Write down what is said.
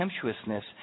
contemptuousness